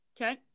Okay